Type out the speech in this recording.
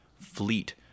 fleet